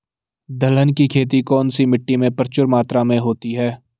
दलहन की खेती कौन सी मिट्टी में प्रचुर मात्रा में होती है?